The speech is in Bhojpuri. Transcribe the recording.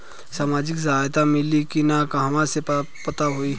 सामाजिक सहायता मिली कि ना कहवा से पता होयी?